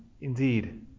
indeed